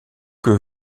que